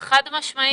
חד-משמעית.